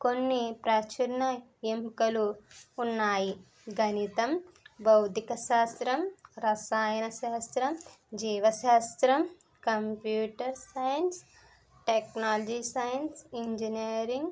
కొన్ని ప్రచురణ ఎంపికలు ఉన్నాయి గణితం భౌతిక శాస్త్రం రసాయన శాస్త్రం జీవ శాస్త్రం computer science technology science engineering